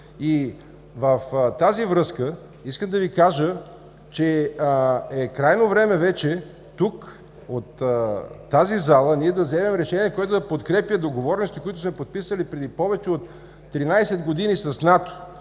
В тази връзка искам да Ви кажа, че е крайно време вече тук, в тази зала, ние да вземем решение, което да подкрепя договорености, които сме подписали преди повече от 13 г. с НАТО.